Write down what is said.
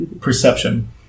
Perception